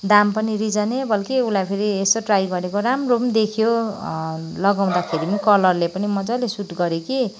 दाम पनि रिजनेबल कि उसलाई फेरि यसो ट्राई गरेको राम्रो पनि देख्यो लगाउँदाखेरि पनि कलरले पनि मज्जाले सुट गऱ्यो कि